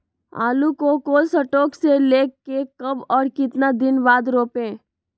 आलु को cold store से ले के कब और कितना दिन बाद रोपे?